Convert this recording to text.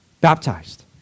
baptized